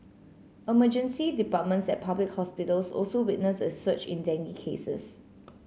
emergency departments at public hospitals also witnessed a surge in dengue cases